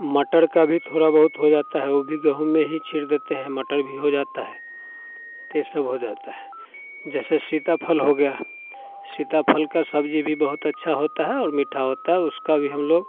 मटर का भी थोड़ा बहुत हो जाता है उ भी गेहूँ में ही छीड़ देने हैं मटर भी हो जाता है तो सब हो जाता है जैसे सीताफल हो गया सीताफल का सब्जी भी बहुत अच्छा होता है और मीठा होता है उसका भी हम लोग